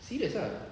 serious ah